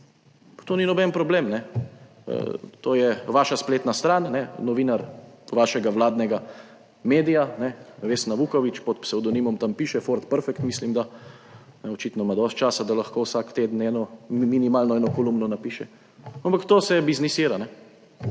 to ni noben problem, to je vaša spletna stran, novinar vašega vladnega medija, Vesna Vuković pod psevdonimom, tam piše Ford Perfekt, mislim, da, očitno ima dosti časa, da lahko vsak teden eno, minimalno eno kolumno napiše, ampak to se biznisira.